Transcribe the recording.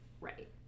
Right